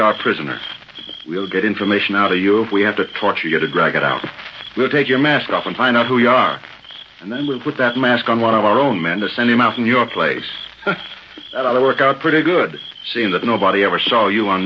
our prisoner we'll get information out of you if we have to torture you to grab it out we'll take your mask off and find out who you are and then we'll put that mask on one of our own men to send him out in your place said i work out pretty good seeing that nobody ever saw you on